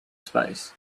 space